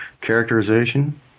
characterization